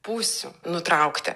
pusių nutraukti